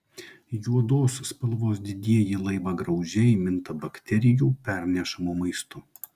juodos spalvos didieji laivagraužiai minta bakterijų pernešamu maistu